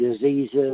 diseases